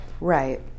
right